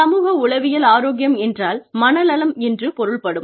சமூக உளவியல் ஆரோக்கியம் என்றால் மனநலம் என்று பொருள்படும்